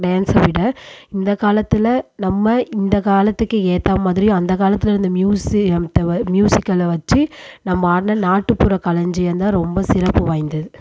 டான்ஸை விட இந்த காலத்தில் நம்ம இந்த காலத்துக்கு ஏற்ற மாதிரி அந்த காலத்தில் இருந்த மியூசியம்த மியூசிகல் வச்சு நம்ம ஆடின நாட்டுப்புறக் களஞ்சியம் தான் ரொம்ப சிறப்பு வாய்ந்தது